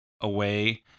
away